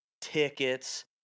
tickets